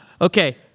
Okay